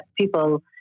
people